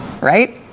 Right